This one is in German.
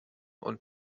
und